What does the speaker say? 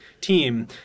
team